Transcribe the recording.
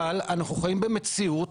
אבל אנחנו חייבים במציאות,